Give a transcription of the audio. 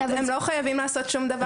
הם לא חייבים לעשות שום דבר.